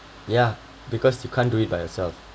ya because you can't do it by yourself